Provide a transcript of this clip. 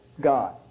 God